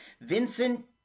Vincent